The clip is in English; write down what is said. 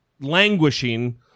languishing